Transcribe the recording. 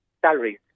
salaries